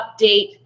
update